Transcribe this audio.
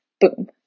boom